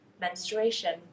menstruation